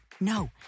no